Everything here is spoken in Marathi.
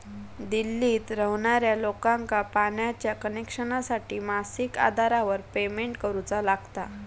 दिल्लीत रव्हणार्या लोकांका पाण्याच्या कनेक्शनसाठी मासिक आधारावर पेमेंट करुचा लागता